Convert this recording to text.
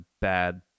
bad